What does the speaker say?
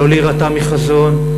לא להירתע מחזון,